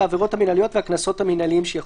העבירות המנהליות והקנסות המנהליים שיחולו".